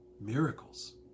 miracles